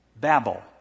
Babel